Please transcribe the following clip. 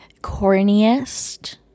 corniest